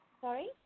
Sorry